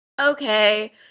Okay